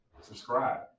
Subscribe